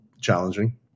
challenging